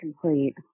complete